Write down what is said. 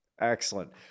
Excellent